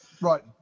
Right